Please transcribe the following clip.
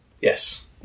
Yes